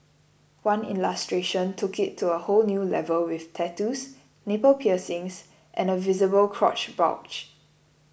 one illustration took it to a whole new level with tattoos nipple piercings and a visible crotch bulge